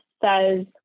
says